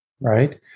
right